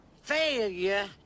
failure